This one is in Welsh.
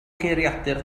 geiriadur